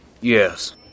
yes